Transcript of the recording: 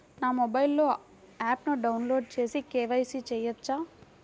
నా మొబైల్లో ఆప్ను డౌన్లోడ్ చేసి కే.వై.సి చేయచ్చా?